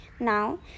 Now